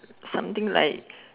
something like